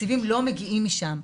תקציבים לא מגיעים משם.